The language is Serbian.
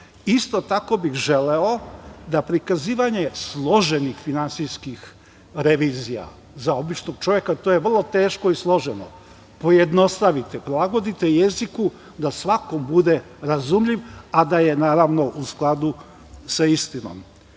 Isto tako bih želeo da prikazivanje složenih finansijskih revizija, za običnog čoveka je to vrlo teško i složeno, pojednostavite, prilagodite jeziku, da svakom bude razumljiv, a da je naravno u skladu sa istinom. Od